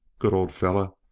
good old fellow,